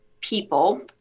people